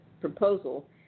proposal